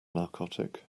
narcotic